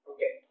Okay